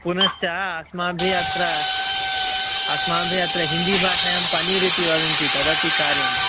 पुनश्च अस्माभिः अत्र अस्माभिः अत्र हिन्दीभाषायां पनीरिति वदन्ति तदपि कार्यं